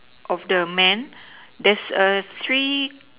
of the man there's a tree